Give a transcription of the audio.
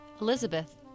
Elizabeth